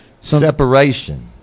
Separation